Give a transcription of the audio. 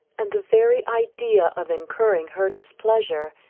and the very idea of incurring her displeasure,